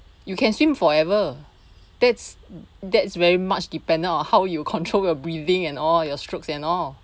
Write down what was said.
you can swim forever that's that's very much dependent on how you control your breathing and all your strokes and all